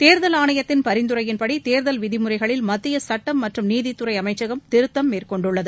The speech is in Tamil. தேர்தல் ஆணையத்தின் பரிந்துரையின்படி தேர்தல் விதிமுறைகளில் மத்திய சட்டம் மன்றும் நீதித்துறை அமைச்சகம் திருத்தம் மேற்கொண்டுள்ளது